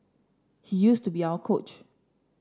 he used to be our coach